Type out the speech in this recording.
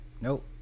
nope